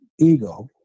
ego